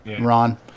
Ron